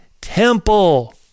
temple